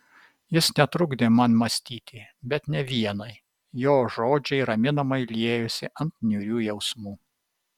jis netrukdė man mąstyti bet ne vienai jo žodžiai raminamai liejosi ant niūrių jausmų